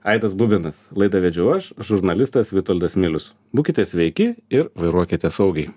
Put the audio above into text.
aidas bubinas laidą vedžiau aš žurnalistas vitoldas milius būkite sveiki ir vairuokite saugiai